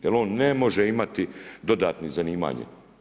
Jer on ne može imati dodatno zanimanje.